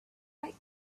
quite